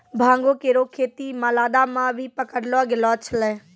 भांगो केरो खेती मालदा म भी पकड़लो गेलो छेलय